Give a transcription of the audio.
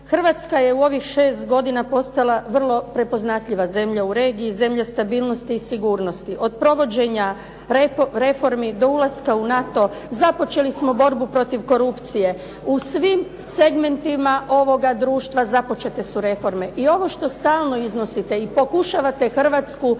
Hrvatska je u ovih 6 godina postala vrlo prepoznatljiva zemlja u regiji, zemlja stabilnosti i sigurnosti, od provođenja reformi do ulaska u NATO, započeli smo borbu protiv korupcije, u svim segmentima ovoga društva započete su reforme. I ovo što stalno iznosite i pokušavate Hrvatsku